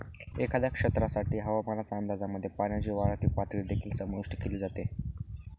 एखाद्या क्षेत्रासाठी हवामान अंदाजामध्ये पाण्याची वाढती पातळी देखील समाविष्ट केली जाते